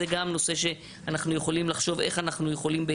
זה גם נושא שאנחנו יכולים לחשוב איך ביחד